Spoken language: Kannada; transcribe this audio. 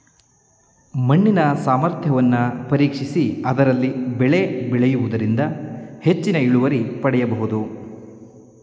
ಮಣ್ಣಿನ ಸಾಮರ್ಥ್ಯವನ್ನು ಪರೀಕ್ಷಿಸಿ ಅದರಲ್ಲಿ ಬೆಳೆ ಬೆಳೆಯೂದರಿಂದ ಹೆಚ್ಚಿನ ಇಳುವರಿ ಪಡೆಯಬೋದು